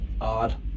Odd